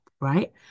right